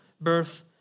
birth